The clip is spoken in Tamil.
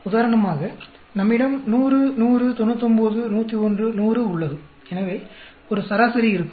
உதாரணமாக நம்மிடம் 100 100 99 101 100 உள்ளது எனவே ஒரு சராசரி இருக்கும்